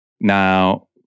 Now